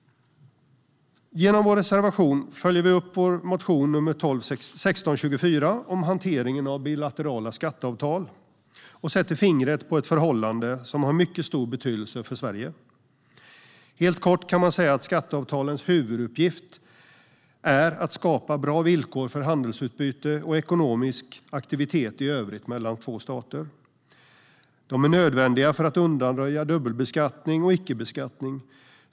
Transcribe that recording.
Genom vår reservation följer vi upp vår motion nr 1624 om hanteringen av bilaterala skatteavtal och sätter fingret på ett förhållande som har mycket stor betydelse för Sverige. Helt kort kan man säga att skatteavtalens huvuduppgift är att skapa bra villkor för handelsutbyte och ekonomisk aktivitet i övrigt mellan två stater. De är nödvändiga för att undanröja dubbelbeskattning och ickebeskattning.